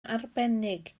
arbennig